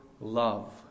love